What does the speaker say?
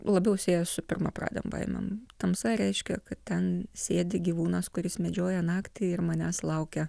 labiau siejas su pirmapradėm baimėm tamsa reiškia kad ten sėdi gyvūnas kuris medžioja naktį ir manęs laukia